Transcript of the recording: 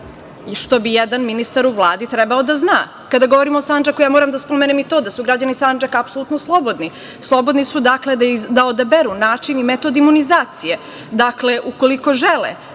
što bi jedan ministar u Vladi trebao da zna. Kada govorim o Sandžaku moram da spomenem i to da su građani Sandžaka apsolutno slobodni, slobodnu su da odaberu način i metod imunizacije. Dakle, ukoliko žele